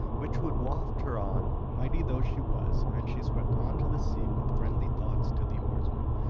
which would waft her on, mighty though she was, and she swept on to the sea with friendly thoughts to the oarsmen.